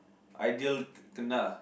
Aidil kena